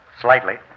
slightly